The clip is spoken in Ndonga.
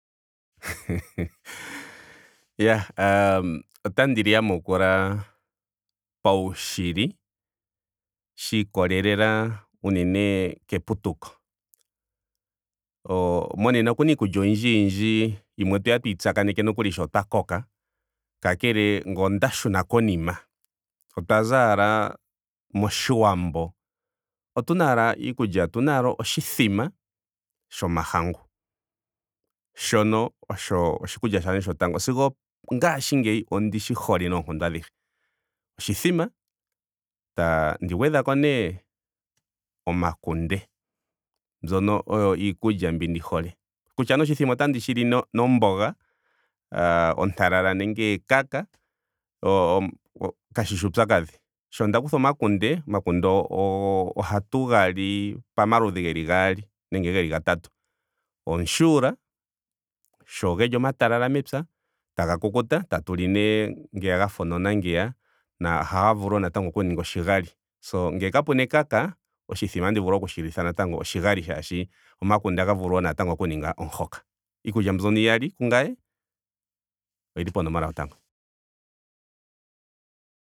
iyaa aa otandi li yamukula paushili shiikolelela unene keputuko. o monena okuna iikulya oyindji yindji yimwe otweya nokuli tuyi tsakaneke sho twa koka. Kakele ngele onda shuna konima otwa za owala moshiwambo otuna owala iikulya otuna ashike oshithima sho mahangu. Shono osho oshikulya shandje shotango sigo ongaashingeyi ondishi hole noonkondo adhihe. oshithima tandi gwedhako nee omakunde. Mbyono oyo iikulya mbi ndi hole. Kutya nee oshithima otandi shi li no- nomboga. oo ontalala nenge ekaka o- o- kashishi uupyakadhi. Sho nda kutha omakunde. omakunde o- o ohatu ga li pamaludhi geli gaali nenge geli gatatu. Omushuula sho geli omatalala mepya. taga kukuta tatu li nee ngeya gafa onona ngeya no ohaga vulu wo oku ninga oshigali. So ngele kapena ekaka oshithima otandi vulu natango okushi litha oshigali shaashi omakunde ohaga vulu wo natango oku ninga omuhoka. iikulya mbyono iyalai kungame oyili ponomola yotango.